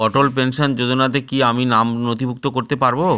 অটল pension যোজনাতে কি আমি নাম নথিভুক্ত করতে পারবো?